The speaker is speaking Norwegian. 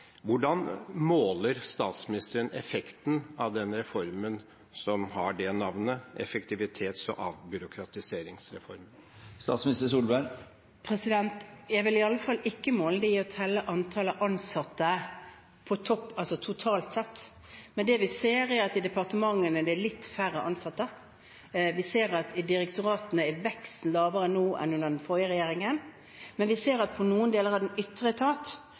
Hvordan måler statsministeren effekten av den reformen som har navnet «effektivitets- og avbyråkratiseringsreform»? Jeg vil i alle fall ikke måle det ved å telle antallet ansatte totalt sett, men det vi ser, er at det i departementene er litt færre ansatte. Vi ser at veksten i direktoratene er lavere nå enn under den forrige regjeringen. Men vi ser at i noen deler av den ytre etat,